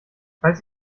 falls